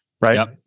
right